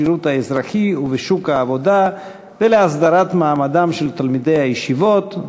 בשירות האזרחי ובשוק העבודה ולהסדרת מעמדם של תלמידי הישיבות,